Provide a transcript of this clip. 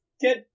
kid